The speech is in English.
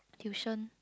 tuition